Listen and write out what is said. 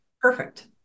Perfect